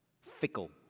Fickle